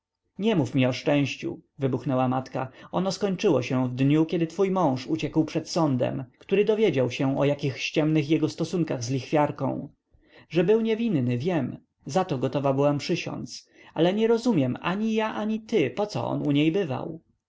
nie mów mi o szczęściu wybuchnęła matka ono skończyło się w dniu kiedy twój mąż uciekł przed sądem który dowiedział się o jakichś ciemnych jego stosunkach z lichwiarką że był niewinny wiem zato gotowa byłam przysiądz ale nie rozumiem ani ja ani ty poco on u niej bywał